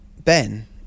Ben